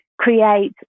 create